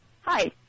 Hi